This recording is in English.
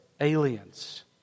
aliens